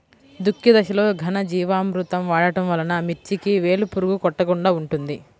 దుక్కి దశలో ఘనజీవామృతం వాడటం వలన మిర్చికి వేలు పురుగు కొట్టకుండా ఉంటుంది?